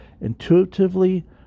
intuitively